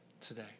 today